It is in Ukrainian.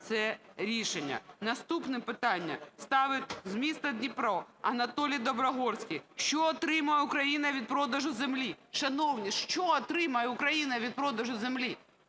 це рішення. Наступне питання ставить з міста Дніпро Анатолій Доброгорський: "Що отримає Україна від продажу землі?" Шановні, що отримає Україна від продажу землі?